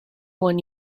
one